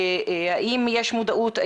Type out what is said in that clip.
האם יש מודעות,